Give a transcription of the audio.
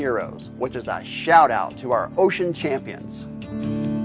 heroes which as i shout out to our ocean champions